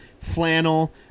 flannel